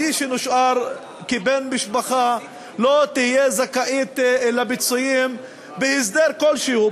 שנשאר כבן משפחה לא יהיו זכאים לפיצויים בהסדר כלשהו,